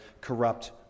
corrupt